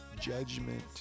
judgment